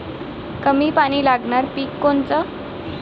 कमी पानी लागनारं पिक कोनचं?